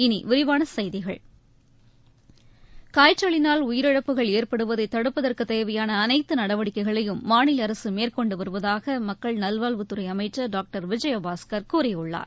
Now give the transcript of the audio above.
இனிவிரிவானசெய்திகள் காய்ச்சலினால் உயிரிழப்புகள் ஏற்படுவதைதடுப்பதற்குதேவையானஅனைத்துநடவடிக்கைகளையும் மாநிலஅரசுமேற்கொண்டுவருவதாகமக்கள் நல்வாழ்வுத் துறைஅமைச்சர் டாங்டர் விஜயபாஸ்கர் கூறியுள்ளார்